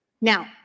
Now